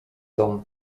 dom